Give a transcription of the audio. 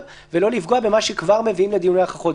ולא לפגוע במה שכבר מביאים לדיוני הוכחות.